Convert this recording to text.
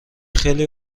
خیلی